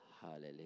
Hallelujah